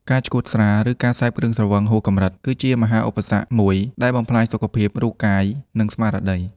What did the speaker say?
ការឆ្កួតស្រា ឬការសេពគ្រឿងស្រវឹងហួសកម្រិត គឺជាមហាឧបសគ្គមួយដែលបំផ្លាញសុខភាព រូបកាយ និងស្មារតី។